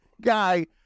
guy